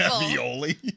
Ravioli